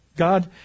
God